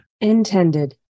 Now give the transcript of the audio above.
intended